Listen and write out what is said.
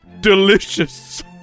delicious